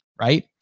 Right